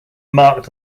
marked